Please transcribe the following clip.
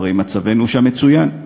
הרי מצבנו שם מצוין.